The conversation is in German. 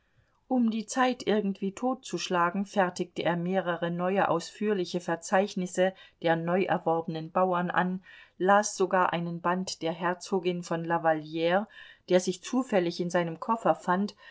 um die zeit irgendwie totzuschlagen fertigte er mehrere neue ausführliche verzeichnisse der neuerworbenen bauern an las sogar einen band der herzogin von lavallire der sich zufällig in seinem koffer fand